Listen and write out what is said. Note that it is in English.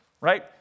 right